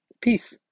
Peace